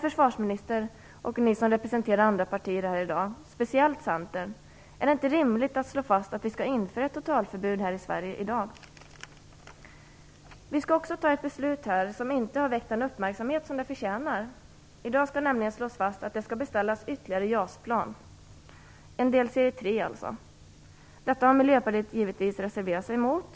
försvarsministern och till er som här i dag representerar andra partier - speciellt Centern - vill jag ställa frågan: Är det inte rimligt att i dag slå fast att totalförbud skall införas i Sverige? Vi skall också ta ett beslut som inte väckt den uppmärksamhet som det förtjänar. I dag skall det nämligen slås fast att ytterligare JAS-plan skall beställas. En del talar om tre. Detta har vi i Miljöpartiet givetvis reserverat oss mot.